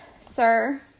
sir